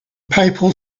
papal